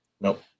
Nope